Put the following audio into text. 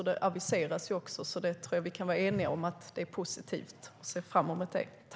Det aviseras ju också, så jag tror att vi kan vara eniga om att det är positivt, och jag ser fram emot det.